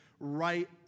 right